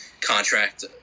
contract